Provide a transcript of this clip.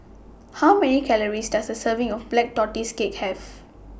How Many Calories Does A Serving of Black Tortoise Cake Have